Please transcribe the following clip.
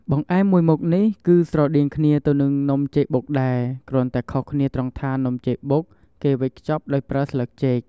បង្អែមមួយមុខនេះគឺស្រដៀងគ្នាទៅហ្នឹងនំចេកបុកដែរ គ្រាន់តែខុសគ្នាត្រង់ថានំចេកបុកគេវេចខ្ចប់ដោយប្រើស្លឹកចេក។